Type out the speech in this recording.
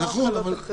נכון, כמו הקלות אחרות.